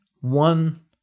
one